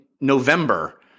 November